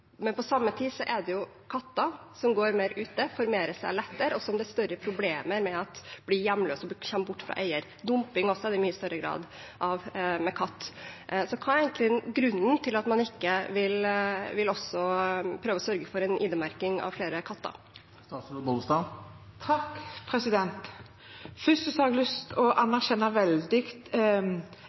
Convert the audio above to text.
Men på samme tid er det katter som går mer ute, som formerer seg lettere, og som det er større problemer med at blir hjemløse og kommer bort fra eier. Dumping er det også i mye større grad når det gjelder katter. Hva er egentlig grunnen til at man ikke også vil prøve å sørge for ID-merking av flere katter? Først har jeg lyst til å anerkjenne veldig